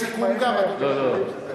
יש סיכום גם, אדוני?